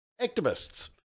Activists